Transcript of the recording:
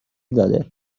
داده